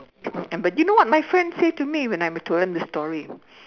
but do you know what my friend say to me when I'm told them the story